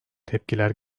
tepkiler